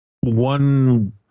one